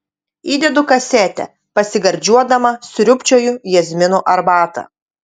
įdedu kasetę pasigardžiuodama sriubčioju jazminų arbatą